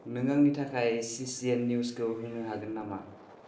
नों आंनि थाखाय सि सि एन निउसखौ होनो हागोन नामा